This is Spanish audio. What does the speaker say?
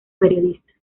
periodista